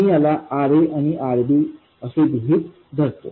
मी याला RaआणिRbअसे गृहीत धरतो